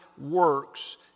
works